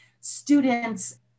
students